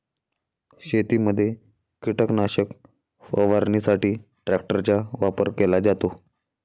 शेतीमध्ये कीटकनाशक फवारणीसाठी ट्रॅक्टरचा वापर केला जातो